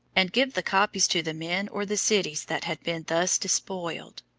and give the copies to the men or the cities that had been thus despoiled.